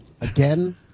again